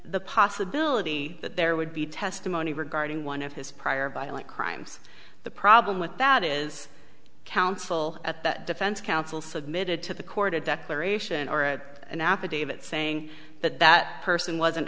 the possibility that there would be testimony regarding one of his prior violent crimes the problem with that is counsel at the defense counsel submitted to the court a declaration or a an affidavit saying that that person wasn't